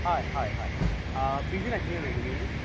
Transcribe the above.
हय हय हय बिझी नाशिल्ले न्ही तुमी